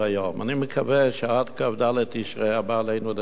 אני מקווה שעד כ"ד בתשרי הבא עלינו לטובה,